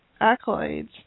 accolades